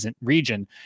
region